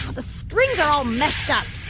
the strings are all messed up.